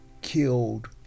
killed